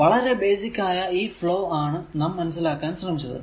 വളരെ ബേസിക് ആയ ഈ ഫ്ലോ ആണ് നാം മനസ്സിലാക്കാൻ ശ്രമിച്ചത്